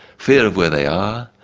fear of where they are,